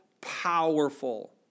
powerful